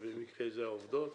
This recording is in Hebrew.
ובמקרה זה העובדות,